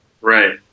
Right